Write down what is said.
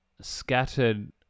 scattered